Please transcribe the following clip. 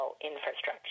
infrastructure